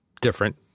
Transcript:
different